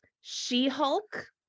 She-Hulk